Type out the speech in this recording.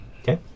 Okay